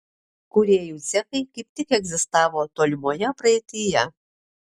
kūrėjų cechai kaip tik egzistavo tolimoje praeityje